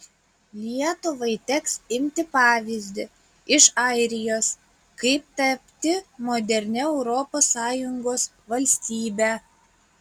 lietuvai teks imti pavyzdį iš airijos kaip tapti modernia europos sąjungos valstybe